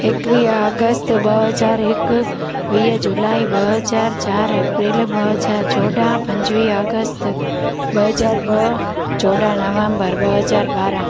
एकवीह अगस्त ॿ हज़ार एकवीह जुलाई ॿ हज़ार चार अप्रैल ॿ हज़ार चोडहां पंजवीह अगस्त ॿ हज़ार ॿ चोडहां नवम्बर ॿ हज़ार ॿारहं